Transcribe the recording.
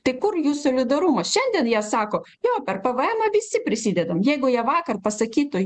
tai kur jų solidarumas šiandien jie sako jo per pvemą visi prisidedam jeigu jie vakar pasakytų